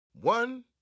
One